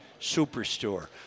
Superstore